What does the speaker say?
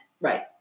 Right